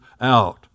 out